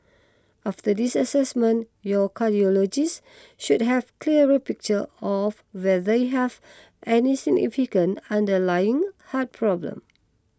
after this assessment your cardiologist should have clearer picture of whether you have any significant underlying heart problem